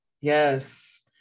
Yes